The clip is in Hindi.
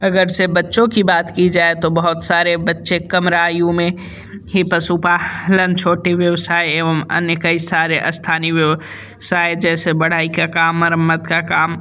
अगरचे बच्चों की बात की जाए तो बहुत सारे बच्चे कम आयु में ही पशुपा लन छोटी व्यवसाय एवं अन्य कई सारे स्थानीय व्य वसाय जैसे बढ़ाई का काम मरम्मत का काम